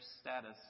status